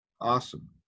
Awesome